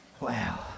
Wow